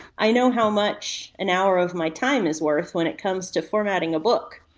i know how much an hour of my time is worth when it comes to formatting a book.